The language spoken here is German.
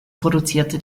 produzierte